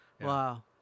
Wow